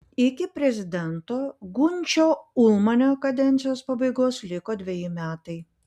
iki prezidento gunčio ulmanio kadencijos pabaigos liko dveji metai